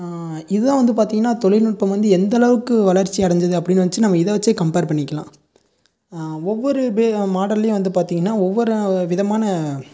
இதுதான் வந்து பார்த்தீங்கனா தொழில்நுட்பம் வந்து எந்த அளவுக்கு வளர்ச்சி அடைஞ்சிது அப்படின்னு வச்சி நம்ம இதை வச்சு கம்பேர் பண்ணிக்கலாம் ஒவ்வொரு பே மாடல்லையும் வந்து பார்த்தீங்கனா ஒவ்வொரு விதமான